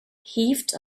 heaved